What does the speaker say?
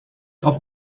auf